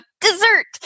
dessert